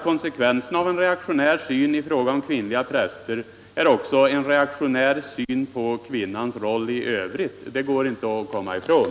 Konsekvensen av en reaktionär syn i frågan om kvinnliga präster är därför även en reaktionär syn på kvinnans roll i övrigt. Det går inte att komma ifrån.